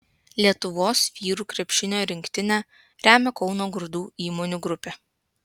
lietuvos vyrų krepšinio rinktinę remia kauno grūdų įmonių grupė